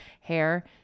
hair